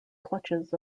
clutches